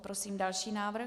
Prosím další návrh.